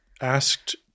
asked